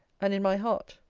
and in my heart.